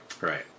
Right